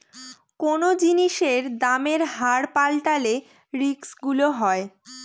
কোনো জিনিসের দামের হার পাল্টালে রিস্ক গুলো হয়